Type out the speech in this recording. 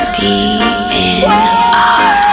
dnr